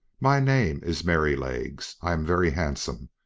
my name is merrylegs. i am very handsome.